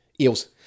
Eels